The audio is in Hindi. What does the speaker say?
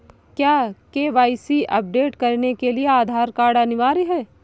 क्या के.वाई.सी अपडेट करने के लिए आधार कार्ड अनिवार्य है?